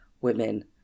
women